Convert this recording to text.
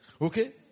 Okay